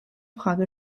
frage